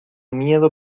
miedo